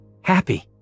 happy